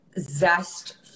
zest